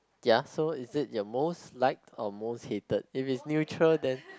ya so is it your most liked or most hated if it's neutral then